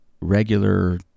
regular